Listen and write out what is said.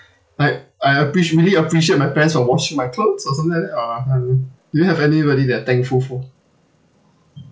like I appreci~ really appreciate my parents for washing my clothes or something like that uh I don't know do you have anybody that you're thankful for